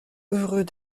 heureux